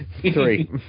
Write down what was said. Three